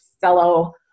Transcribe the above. fellow